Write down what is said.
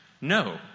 No